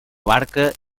barca